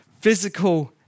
physical